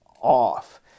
off